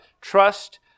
trust